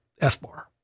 FBAR